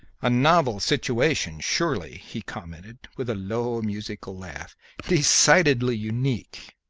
a novel situation, surely! he commented, with a low, musical laugh decidedly unique!